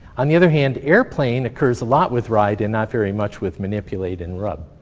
on the other hand, airplane occurs a lot with ride, and not very much with manipulate and rub.